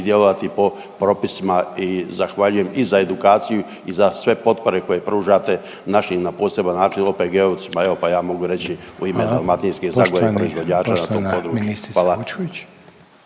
djelovati po propisima i zahvaljujem i za edukaciju i za sve potpore koje pružate, našim na poseban način, OPG-ovcima evo pa ja mogu reći u ime …/Upadica Reiner: Hvala./… dalmatinske zagore i proizvođača na tom području.